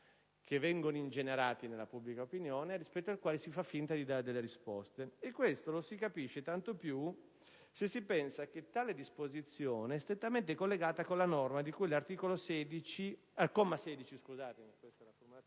che vengono ingenerati nella pubblica opinione, rispetto ai quali si fa finta di dare delle risposte. Questo lo si capisce tanto più se si pensa che tale disposizione è strettamente collegata con la norma di cui al comma 16 dell'articolo 1, che punisce